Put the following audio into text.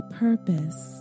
purpose